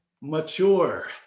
Mature